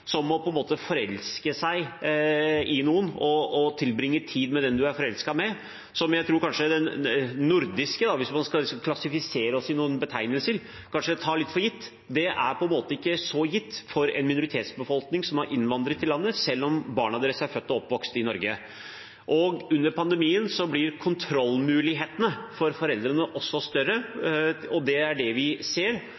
forelske seg i noen og tilbringe tid med den du er forelsket i – som jeg tror kanskje de nordiske, om vi skal klassifisere oss i noen betegnelser, kanskje tar litt for gitt – den er på en måte ikke så gitt for en minoritetsbefolkning som har innvandret til landet, selv om barna deres er født og oppvokst i Norge. Under pandemien blir kontrollmulighetene for foreldrene større, og det er det vi ser – at denne pandemien også